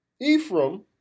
Ephraim